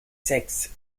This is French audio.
sexes